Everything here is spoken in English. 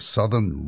Southern